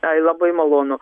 ai labai malonu